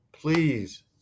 Please